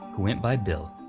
who went by bill.